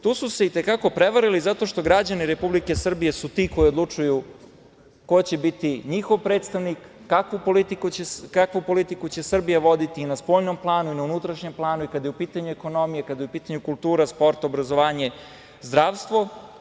Tu su se i te kako prevarili, zato što građani Republike Srbije su ti koji odlučuju ko će biti njihov predstavnik, kakvu politiku će Srbija voditi i na spoljnom planu i na unutrašnjem planu i kada je u pitanju ekonomija, kada je u pitanju kultura, sport, obrazovanje, zdravstvo.